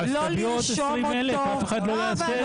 אז תביאו עוד 20 אלף, ואף אחד לא יעשה את זה.